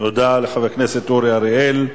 תודה לחבר הכנסת אורי אריאל.